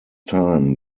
time